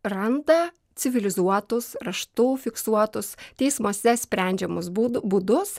randa civilizuotus kraštų fiksuotus teismuose sprendžiamos būdu būdus